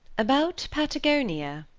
about patagonia.